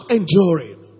enduring